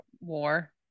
war